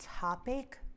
topic